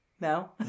No